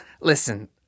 listen